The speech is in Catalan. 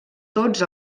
tots